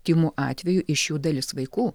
tymų atvejų iš jų dalis vaikų